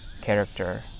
character